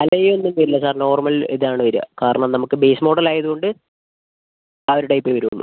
alloy ഒന്നും തരില്ല sir normal ഇതാണ് വരിക കാരണം നമുക്ക് ബേസ് മോഡൽ ആയതുകൊണ്ട് ആ ഒരു ടൈപ്പേ വരുള്ളൂ